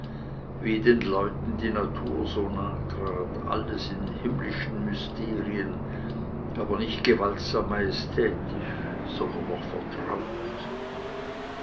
wie den leuten die natur so nah trat alles in himmlischen mysterien aber nicht gewaltsam majestätisch sondern noch vertraut